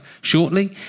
shortly